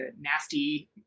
nasty